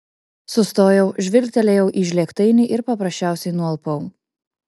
sustojau žvilgtelėjau į žlėgtainį ir paprasčiausiai nualpau